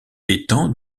étant